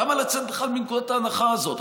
למה לצאת בכלל מנקודת ההנחה הזאת?